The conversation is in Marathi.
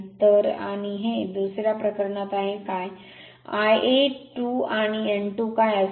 तर आणि हे दुसर्या प्रकरणात आहे काय आहे Ia 2 आणि N 2 काय असेल